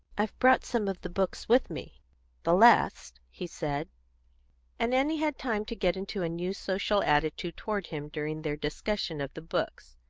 i've brought some of the books with me the last, he said and annie had time to get into a new social attitude toward him during their discussion of the books.